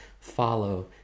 follow